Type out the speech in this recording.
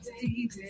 baby